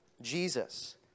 Jesus